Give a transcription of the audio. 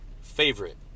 Favorite